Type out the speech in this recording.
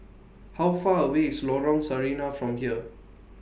How Far away IS Lorong Sarina from here